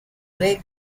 brake